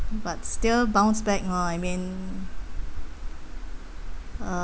but still bounce back lor I mean uh